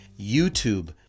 youtube